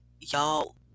y'all